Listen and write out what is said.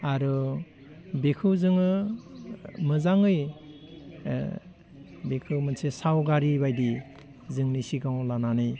आरो बेखौ जोङो मोजाङै बेखौ मोनसे सावगारि बायदि जोंनि सिगाङाव लानानै